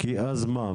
כי אז מה,